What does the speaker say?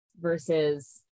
versus